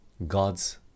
god's